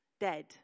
dead